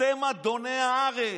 אתם אדוני הארץ.